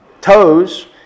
toes